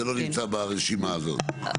זה לא נמצא ברשימה הזאת.